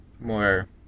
More